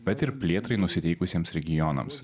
bet ir plėtrai nusiteikusiems regionams